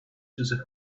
his